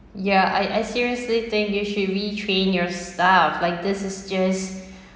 ya I I seriously think you should retrain your staff like this is just